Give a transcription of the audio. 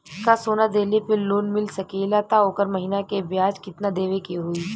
का सोना देले पे लोन मिल सकेला त ओकर महीना के ब्याज कितनादेवे के होई?